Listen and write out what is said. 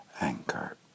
Anchor